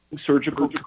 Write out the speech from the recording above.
surgical